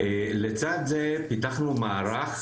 לצד זה פיתחנו מערך,